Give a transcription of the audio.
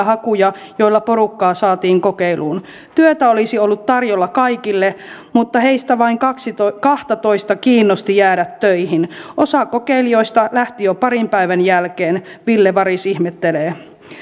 hakuja joilla porukkaa saatiin kokeiluun työtä olisi ollut tarjolla kaikille mutta heistä vain kahtatoista kiinnosti jäädä töihin osa kokeilijoista lähti jo parin päivän jälkeen ville varis ihmettelee